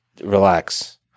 relax